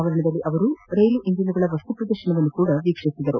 ಆವರಣದಲ್ಲಿ ಅವರು ರೈಲು ಎಂಜಿನುಗಳ ವಸ್ತುಪ್ರದರ್ಶನವನ್ನು ವೀಕ್ಷಿಸಿದರು